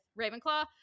Ravenclaw